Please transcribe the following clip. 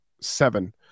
seven